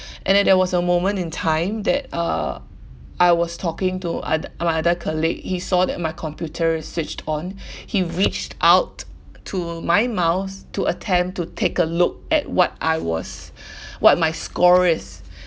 and then there was a moment in time that uh I was talking to other my other colleague he saw that my computer is switched on he reached out to my mouse to attempt to take a look at what I was what my score is